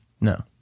No